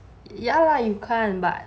ya lah you can't but